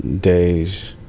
days